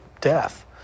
death